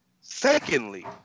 secondly